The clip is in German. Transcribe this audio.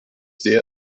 sehr